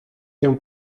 się